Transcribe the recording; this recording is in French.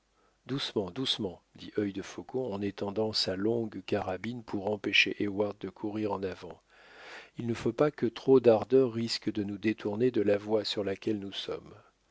doucement doucement dit œil de faucon en étendant sa longue carabine pour empêcher heyward de courir en avant il ne faut pas que trop d'ardeur risque de nous détourner de la voie sur laquelle nous sommes